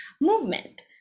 movement